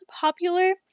popular